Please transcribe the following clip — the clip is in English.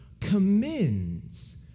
commends